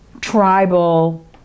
tribal